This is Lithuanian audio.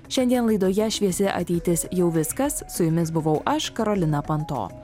šiandien laidoje šviesi ateitis jau viskas su jumis buvau aš karolina panto